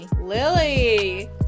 lily